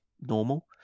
normal